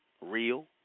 real